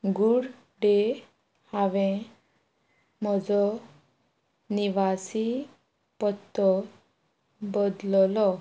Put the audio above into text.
good day हांवें म्हजो निवासी पत्तो बदललो